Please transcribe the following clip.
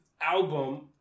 album